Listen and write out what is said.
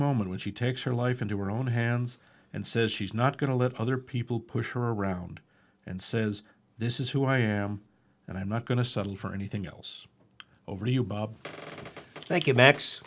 moment when she takes her life into our own hands and says she's not going to let other people push her around and says this is who i am and i'm not going to settle for anything else over you bob thank you max